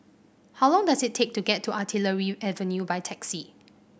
how long does it take to get to Artillery Avenue by taxi